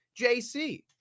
JC